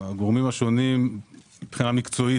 המצב ברשויות הערביות הוא על הפנים מבחינת המוכנות למקרי אסון,